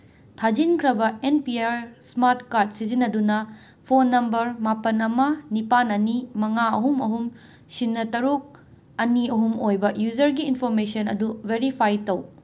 ꯊꯥꯖꯤꯟꯈ꯭ꯔꯕ N P R smart card ꯁꯤꯖꯤꯟꯅꯗꯨꯅ phone number ꯃꯥꯄꯟ ꯑꯃ ꯅꯤꯄꯥꯟ ꯑꯅꯤ ꯃꯉꯥ ꯑꯍꯨꯝ ꯑꯍꯨꯝ ꯁꯤꯟꯅꯣ ꯇꯔꯨꯛ ꯑꯅꯤ ꯑꯍꯨꯝ ꯑꯣꯏꯕ ꯌꯨꯖꯔꯒꯤ ꯏꯟꯐꯣꯔꯃꯦꯁꯟ ꯑꯗꯨ ꯚꯦꯔꯤꯐꯥꯏ ꯇꯧ